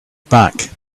back